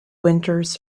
winters